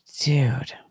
Dude